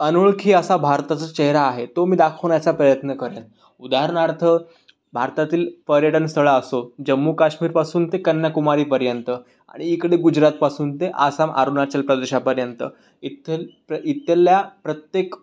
अनोळखी असा भारताचा चेहरा आहे तो मी दाखवण्याचा प्रयत्न करेन उदाहरणार्थ भारतातील पर्यटन स्थळं असोत जम्मू काश्मीरपासून ते कन्याकुमारीपर्यंत आणि इकडे गुजरातपासून ते आसाम अरुणाचल प्रदेशापर्यंत इतंल इथला प्रत्येक